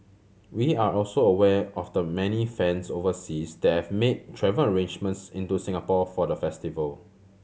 we are also aware of the many fans overseas that have made travel arrangements into Singapore for the festival